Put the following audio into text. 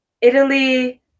Italy